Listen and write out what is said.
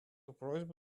просьбу